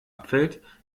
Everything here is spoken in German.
abfällt